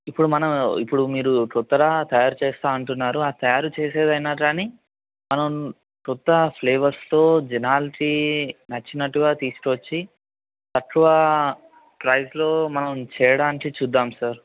ఇప్పుడు మనం ఇప్పుడు మీరు కొత్తగా తయారుచేస్తా అంటున్నారు ఆ తయారు చేసేదైనా కానీ మనం కొత్త ఫ్లేవర్స్తో జనాలకి నచ్చినట్టుగా తీసుకొచ్చి తక్కువ ప్రైజ్లో మనం చేయడానికి చూద్దాం సర్